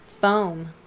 Foam